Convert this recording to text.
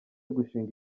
gushinga